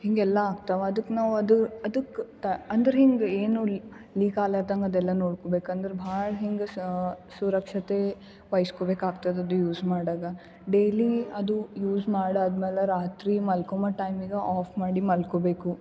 ಹಿಂಗೆಲ್ಲ ಆಗ್ತಾವ ಅದುಕ್ಕೆ ನಾವು ಅದು ಅದಕ್ಕೆ ತ ಅಂದ್ರೆ ಹಿಂಗೆ ಏನು ನೋಡಲಿ ಲೀಕಾಲತಂಗೆ ಅದೆಲ್ಲ ನೋಡ್ಕೊಬೇಕು ಅಂದ್ರೆ ಭಾಳ ಹಿಂಗೆ ಸುರಕ್ಷತೆ ವಹಿಸ್ಕೋಬೇಕಾಗ್ತದ ಅದು ಯೂಸ್ ಮಾಡ್ವಾಗ ಡೇಲೀ ಅದು ಯೂಸ್ ಮಾಡಾದಮೇಲೆ ರಾತ್ರಿ ಮಲ್ಕೋಮ ಟೈಮಿಗೆ ಆಫ್ ಮಾಡಿ ಮಲ್ಕೊಬೇಕು